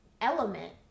element